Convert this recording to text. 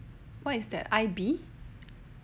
what is that I be